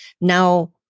now